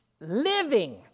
living